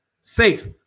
safe